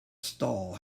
stall